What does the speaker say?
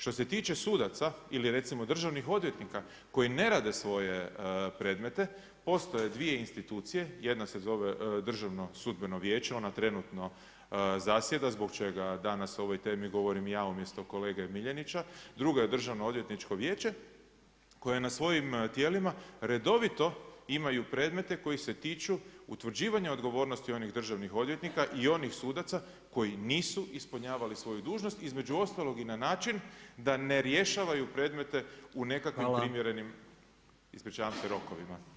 Što se tiče sudaca ili recimo državnih odvjetnika koji ne rade svoje predmete, postoje dvije institucije, jedna se zove Državno sudbeno vijeće ona trenutno zasjeda zbog čega danas o ovoj temi govorim ja umjesto kolege MIljenića, drugo je Državno odvjetničko vijeće koje na svojim tijelima redovito imaju predmete koji se tiču utvrđivanja odgovornosti onih državnih odvjetnika i onih sudaca koji nisu ispunjavali svoju dužnost, između ostalog i na način da ne rješavaju predmete u nekakvim primjerenim rokovima.